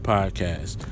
Podcast